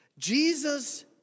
Jesus